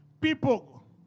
people